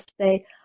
say